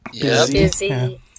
Busy